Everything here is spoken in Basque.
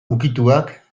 ukituak